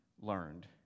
learned